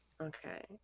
Okay